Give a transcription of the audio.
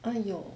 ah 有